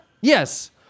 Yes